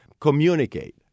communicate